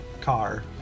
car